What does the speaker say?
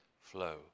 flow